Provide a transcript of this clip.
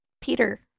Peter